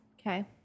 Okay